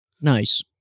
Nice